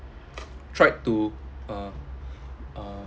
tried to uh uh